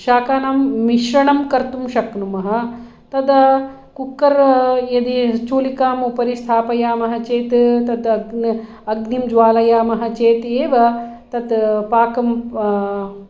शाकानां मिश्रणं कर्तुं शक्नुमः तत् कुक्कर् यदि चुलिकाम् उपरि स्थापयामः चेत् तत् अग्नीं ज्वालयामः चेत् एव तत् पाकं